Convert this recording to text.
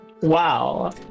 Wow